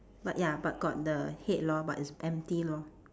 but ya but got the head lor but it's empty lor